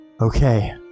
okay